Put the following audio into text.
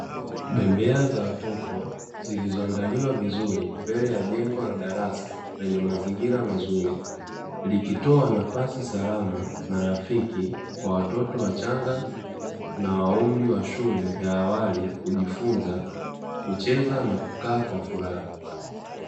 Bembea za watoto zilizoandaliwa vizuri mbele ya jengo la darasa lenye mazingira mazuri, likitoa nafasi salama na rafiki kwa watoto wachanga na wa umri ya shule ya awali kujifunza kucheza na kukaa kwa furaha.